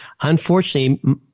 Unfortunately